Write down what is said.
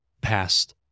past